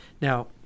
Now